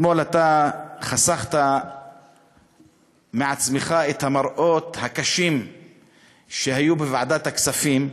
אתמול אתה חסכת לעצמך את המראות הקשים שהיו בוועדת הכספים.